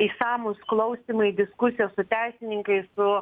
išsamūs klausymai diskusijos su teisininkais su